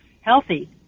healthy